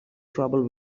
trouble